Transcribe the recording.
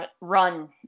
run